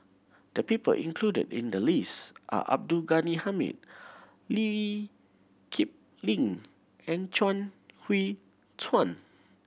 the people included in the list are Abdul Ghani Hamid Lee Kip Lin and Chuang Hui Tsuan